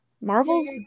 Marvel's